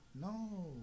no